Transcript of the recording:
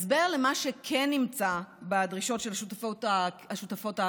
ההסבר למה שכן נמצא בדרישות של השותפות הקואליציוניות